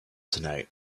tonight